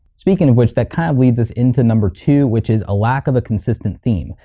speaking of which, that kind of leads us into number two which is a lack of a consistent theme.